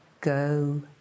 go